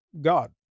God